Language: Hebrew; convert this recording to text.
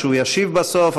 והוא ישיב בסוף,